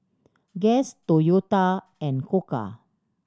Guess Toyota and Koka